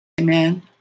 Amen